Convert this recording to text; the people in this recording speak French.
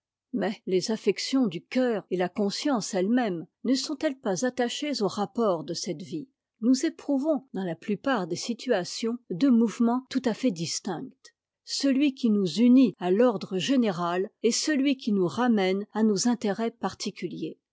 mais les affections du cœur e t la conscience ellemême ne sont-elles pas attachées aux rapports de cette vie nous éprouvons dans la plupart des situaiions deux mouvements tout à fait distincts celui qui nous unit à l'ordre général et celui qui nous ramène à nos intérêts particuliers